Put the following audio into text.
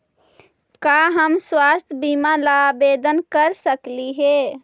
का हम स्वास्थ्य बीमा ला आवेदन कर सकली हे?